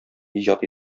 иҗат